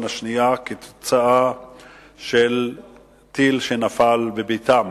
השנייה כתוצאה מנפילת טיל על ביתה במע'אר.